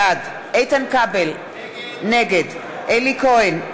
בעד איתן כבל, נגד אלי כהן,